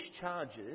charges